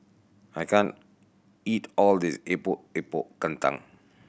I can't eat all this Epok Epok Kentang